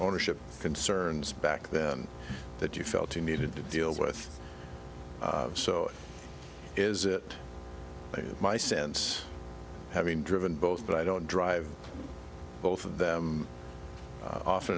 ownership concerns back then that you felt you needed to deal with so is it my sense having driven both but i don't drive both of them often